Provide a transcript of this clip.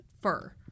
Fur